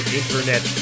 internet